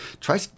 Try